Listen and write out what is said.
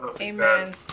Amen